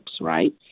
right